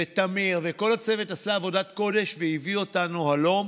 וטמיר, כל הצוות עשה עבודת קודש והביא אותנו הלום.